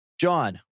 John